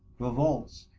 revolts,